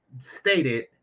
stated